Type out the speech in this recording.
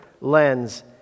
lens